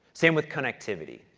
same with connectivity.